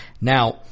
Now